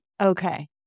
Okay